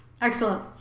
Excellent